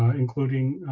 ah including